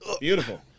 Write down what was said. Beautiful